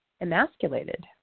emasculated